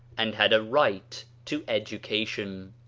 and had a right to education.